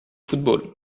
football